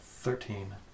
Thirteen